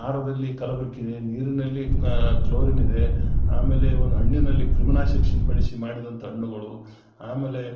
ಆಹಾರದಲ್ಲಿ ಕಲಬೆರಕೆ ನೀರಿನಲ್ಲಿ ಕ್ಲೋರಿನ್ ಇದೆ ಆಮೇಲೆ ಒಂದು ಹಣ್ಣಿನಲ್ಲಿ ಕ್ರಿಮಿನಾಶಕ ಸಿಂಪಡಿಸಿ ಮಾಡಿದಂಥ ಹಣ್ಣುಗಳು ಆಮೇಲೆ